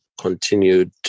continued